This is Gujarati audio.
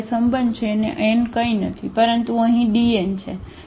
તેથી આ સંબંધ છે કે n કંઈ નથી પરંતુ અહીં Dn છે